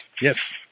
Yes